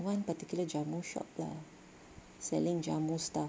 one particular jamu shop lah selling jamu stuff